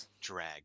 drag